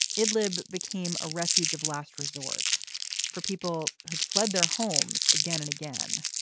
it wlib became a refuge of last resort for people who had fled their homes again and again,